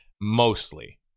mostly